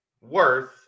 worth